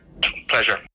Pleasure